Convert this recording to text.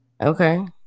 Okay